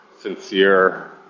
sincere